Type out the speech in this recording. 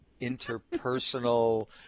interpersonal